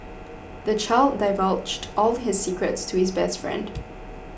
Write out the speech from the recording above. the child divulged all his secrets to his best friend